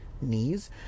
knees